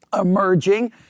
emerging